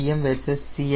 Cm versus CL